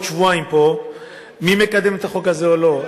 שבועיים פה מי מקדם את החוק הזה או לא.